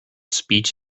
speech